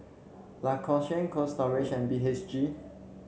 Lacoste Cold Storage and B H G